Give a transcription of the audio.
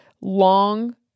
long